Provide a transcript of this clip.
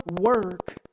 work